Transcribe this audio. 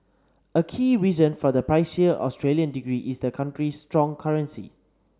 a key reason for the pricier Australian degree is the country's strong currency